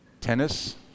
tennis